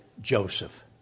Joseph